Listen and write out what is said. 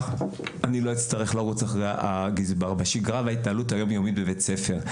אני לא אצטרך לרוץ אחרי גזבר בשגרה ובהתנהלות היום-יומית בבית הספר.